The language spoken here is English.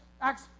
Acts